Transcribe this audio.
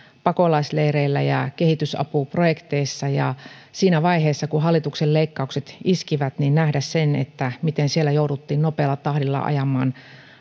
pakolaisleireillä ja kehitysapuprojekteissa ja siinä vaiheessa kun hallituksen leikkaukset iskivät nähdä se miten siellä jouduttiin nopealla tahdilla ajamaan